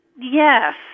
Yes